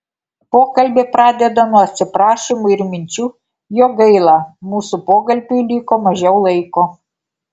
pokalbį pradeda nuo atsiprašymų ir minčių jog gaila mūsų pokalbiui liko mažiau laiko